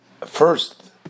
first